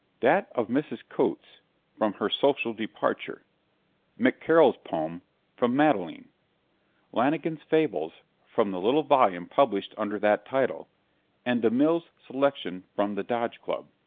that of mrs. cotes from her social departure mccarroll's poem from madeleine lanigan's fables from the little volume published under that title and demille's selection from the dodge club.